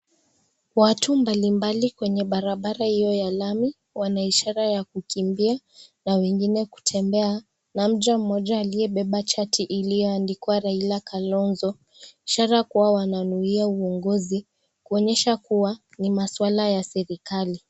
Watu mbalimbali kwenye barabara iyo ya lami, wanaishara ya kukimbia, na wengime kutembea, na mja moja aliyebeba chati iliyoandikwa Raila Kalonzo, ishara kuwa wananuiya uongozi, kuonyesha kuwa ni maswala ya serikali.